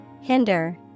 Hinder